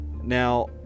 Now